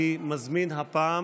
אני מזמין הפעם